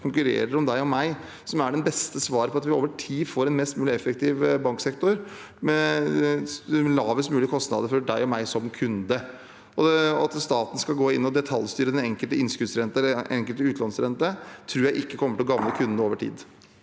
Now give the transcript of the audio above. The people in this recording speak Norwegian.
konkurrerer om deg og meg, det beste svaret for at vi over tid får en mest mulig effektiv banksektor, med lavest mulig kostnader for deg og meg som kunder. At staten skal gå inn og detaljstyre den enkelte innskuddsrenten eller utlånsrenten, tror jeg ikke kommer til å gagne kundene over tid.